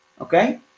okay